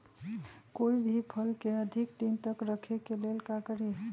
कोई भी फल के अधिक दिन तक रखे के ले ल का करी?